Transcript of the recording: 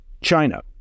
China